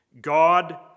God